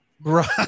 right